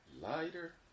lighter